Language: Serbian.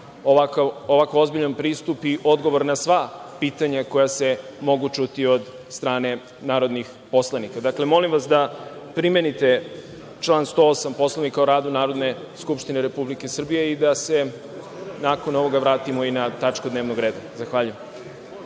ovako ozbiljan pristup i odgovor na sva pitanja koja se mogu čuti od strane narodnih poslanika. Dakle, molim vas da primenite član 108. Poslovnika o radu Narodne skupštine Republike Srbije i da se nakon ovoga vratimo i na tačku dnevnog reda. Zahvaljujem.